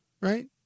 right